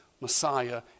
Messiah